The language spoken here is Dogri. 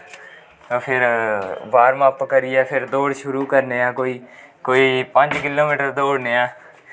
फिर बार्मअप करियै फिर दौड़ शुरु करनें आं कोई पंज किलो मीटर दौड़नें ऐं